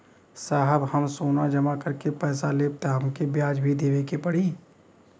साहब हम सोना जमा करके पैसा लेब त हमके ब्याज भी देवे के पड़ी?